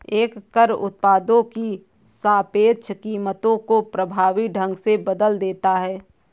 एक कर उत्पादों की सापेक्ष कीमतों को प्रभावी ढंग से बदल देता है